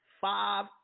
five